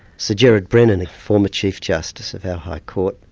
sir gerard brennan, a former chief justice of our high court,